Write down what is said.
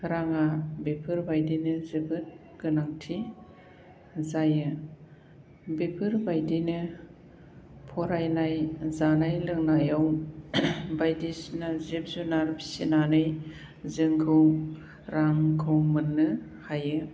राङा बेफोरबायदिनो जोबोद गोनांथि जायो बेफोरबायदिनो फरायनाय जानाय लोंनायाव बायदिसिना जिब जुनार फिसिनानै जों रांखौ मोननो हायो